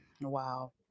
Wow